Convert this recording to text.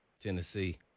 Tennessee